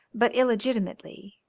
but illegitimately,